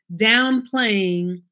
downplaying